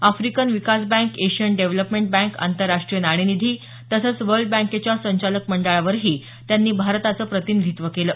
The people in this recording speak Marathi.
अफ्रिकन विकास बँक एशियन डेव्हलपमेंट बँक आंतरराष्ट्रीय नाणे निधी तसंच वर्ल्ड बँकच्या संचालक मंडळावरही त्यांनी भारताचं प्रतिनिधीत्व केलं